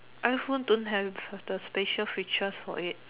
iPhone don't have the special features for it